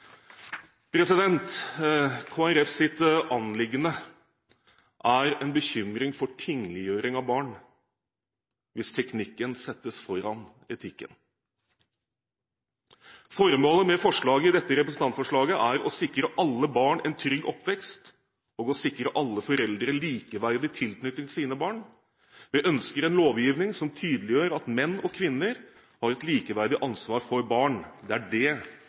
anliggende er en bekymring for tingliggjøring av barn hvis teknikken settes foran etikken. Formålet med forslagene i dette representantforslaget er å sikre alle barn en trygg oppvekst og å sikre alle foreldre likeverdig tilknytning til sine barn. Vi ønsker en lovgivning som tydeliggjør at menn og kvinner har et likeverdig ansvar for barn. Det er først og fremst det